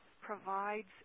provides